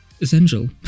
essential